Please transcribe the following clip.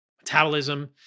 metabolism